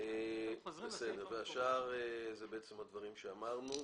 השאר, אלה דברים שאמרנו.